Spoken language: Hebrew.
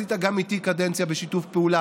עשית גם איתי קדנציה בשיתוף פעולה.